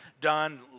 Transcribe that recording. done